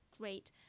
great